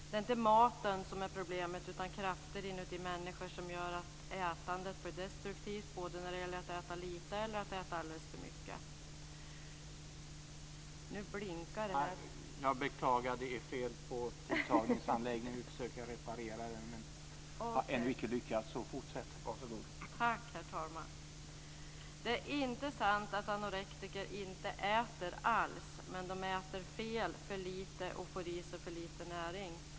Det är inte maten som är problemet utan krafter i människor som gör att ätandet blir destruktivt, både när det gäller att äta lite och att äta alldeles för mycket. Det är inte sant att anorektiker inte äter alls. De äter fel, för lite och får i sig för lite näring.